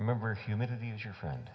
remember humidity is your friend